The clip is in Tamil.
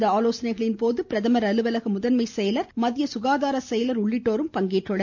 இந்த ஆலோசனையின்போது பிரதமர் அலுவலக முதன்மை செயலர் மத்திய சுகாதார செயலர் உள்ளிட்டோரும் பங்கேற்றுள்ளனர்